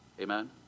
Amen